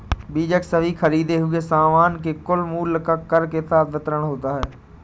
बीजक सभी खरीदें हुए सामान के कुल मूल्य का कर के साथ विवरण होता है